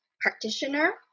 practitioner